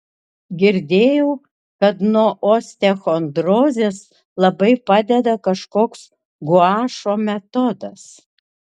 girdėjau kad nuo osteochondrozės labai padeda kažkoks guašo metodas